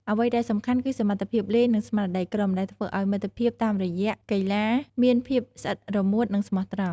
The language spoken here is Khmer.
អ្វីដែលសំខាន់ គឺសមត្ថភាពលេង និងស្មារតីក្រុម ដែលធ្វើឱ្យមិត្តភាពតាមរយៈកីឡាមានភាពស្អិតរមួត និងស្មោះត្រង់។